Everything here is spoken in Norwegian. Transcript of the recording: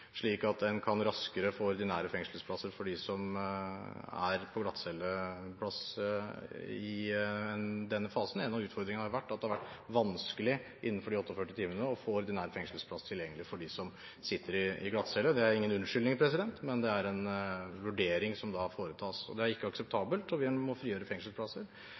slik at en raskere kan får ordinære fengselsplasser for dem som har plass på glattcelle i denne fasen. En av utfordringene har vært at det har vært vanskelig innenfor de 48 timene å få ordinær fengselsplass tilgjengelig for dem som sitter på glattcelle. Det er ingen unnskyldning, men det er en vurdering som da foretas. Det er ikke akseptabelt, og vi må frigjøre fengselsplasser.